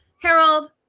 Harold